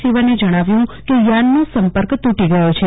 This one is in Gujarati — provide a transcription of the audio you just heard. સિવને જણાવ્યું કે યાનનો સંપર્ક તૂટી ગયો છે